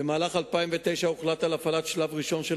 במהלך 2009 הוחלט על הפעלת שלב ראשון של